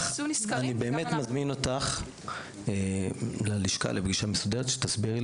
אני באמת מזמין אותך ללשכה לפגישה מסודרת שתסבירי